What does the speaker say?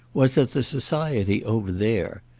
was that the society over there,